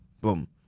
boom